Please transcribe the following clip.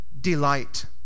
Delight